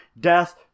death